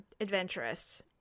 adventurous